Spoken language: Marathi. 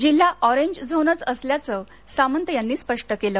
जिल्हा ऑरेंज झोनच असल्याचं सामंत यानी स्पष्ट केलं